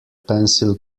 pencil